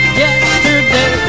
yesterday